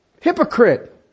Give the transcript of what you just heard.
Hypocrite